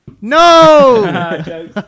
No